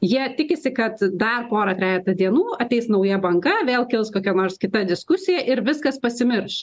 jie tikisi kad dar pora trejeta dienų ateis nauja banga vėl kils kokia nors kita diskusija ir viskas pasimirš